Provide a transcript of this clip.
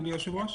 אדוני היושב-ראש,